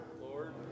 lord